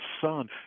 son